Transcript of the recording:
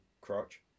Crotch